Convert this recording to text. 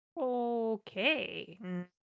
Okay